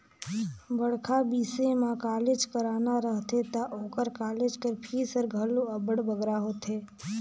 बड़खा बिसे में कॉलेज कराना रहथे ता ओकर कालेज कर फीस हर घलो अब्बड़ बगरा होथे